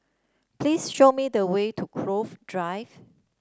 please show me the way to Cove Drive